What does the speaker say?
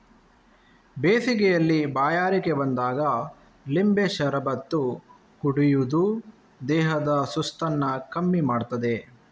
ಬೇಸಿಗೆಯಲ್ಲಿ ಬಾಯಾರಿಕೆ ಬಂದಾಗ ಲಿಂಬೆ ಶರಬತ್ತು ಕುಡಿಯುದು ದೇಹದ ಸುಸ್ತನ್ನ ಕಮ್ಮಿ ಮಾಡ್ತದೆ